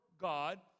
God